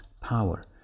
power